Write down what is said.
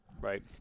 right